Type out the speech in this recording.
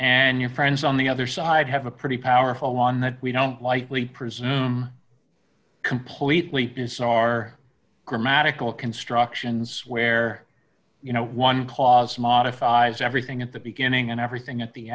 and your friends on the other side have a pretty powerful on that we don't lightly presume completely bizarre grammatical constructions where you know one cause modifies everything at the beginning and everything at the